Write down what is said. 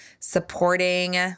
supporting